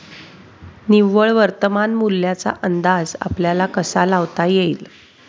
निव्वळ वर्तमान मूल्याचा अंदाज आपल्याला कसा लावता येईल?